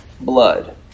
blood